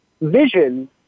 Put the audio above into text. vision